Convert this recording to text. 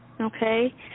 Okay